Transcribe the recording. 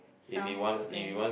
sounds good man